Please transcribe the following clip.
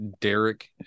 Derek